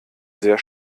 sehr